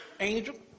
Angel